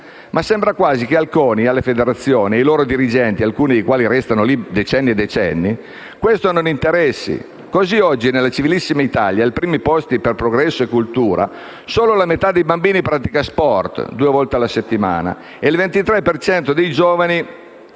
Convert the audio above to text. Ma sembra quasi che al CONI e alle federazioni e ai loro dirigenti, alcuni dei quali restano lì decenni e decenni, questo non interessi. Così oggi nella civilissima Italia, ai primi posti per progresso e cultura, solo la metà dei bambini pratica sport (due volte a settimana) e il 23 per cento